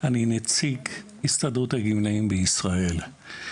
ואני נציג הסתדרות הגמלאים בישראל.